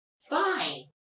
fine